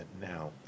now